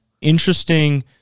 Interesting